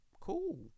Cool